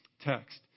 text